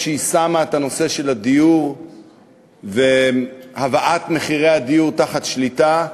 אף שהיא שמה את נושא הדיור והבאת מחירי הדיור להיות תחת שליטה,